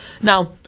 Now